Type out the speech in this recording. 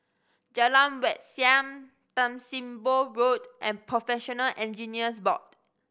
Jalan Wat Siam Tan Sim Boh Road and Professional Engineers Board